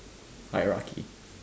hierarchy